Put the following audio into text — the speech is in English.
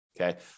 okay